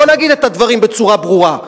בואו נגיד את הדברים בצורה ברורה.